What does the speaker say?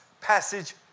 passage